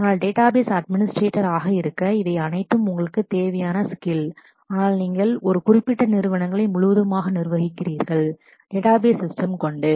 ஆனால் database administrator database administratorஆக இருக்க இவை அனைத்தும் உங்களுக்குத் தேவையான ஸ்கில் ஆனால் நீங்கள் ஒரு குறிப்பிட்ட நிறுவனங்களை முழுவதுமாக நிர்வகிக்கிறீர்கள் டேட்டாபேஸ் சிஸ்டம் database system கொண்டு